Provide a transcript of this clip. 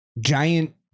giant